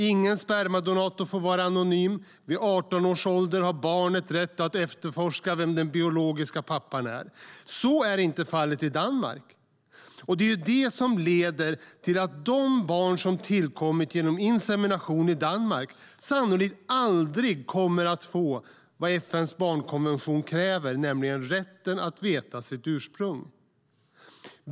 Ingen spermadonator får vara anonym. Vid 18 års ålder har barnet rätt att efterforska vem den biologiska pappan är. Så är inte fallet i Danmark. Det leder till att de barn som har tillkommit genom insemination i Danmark sannolikt aldrig kommer att få vad FN:s barnkonvention slår fast, nämligen rätten att veta sitt ursprung.